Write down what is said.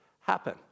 happen